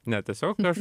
ne tiesiog aš